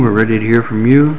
were ready to hear from you